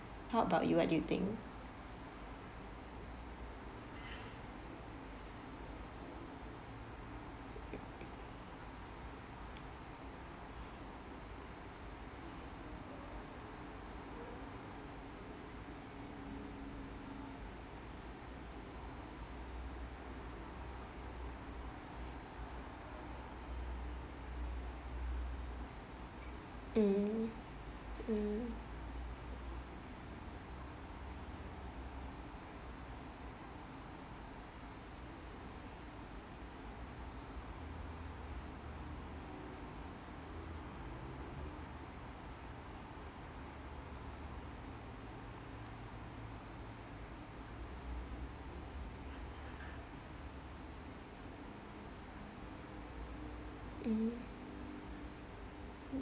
how about you what do you think mm mm mmhmm